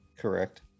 correct